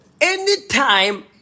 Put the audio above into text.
anytime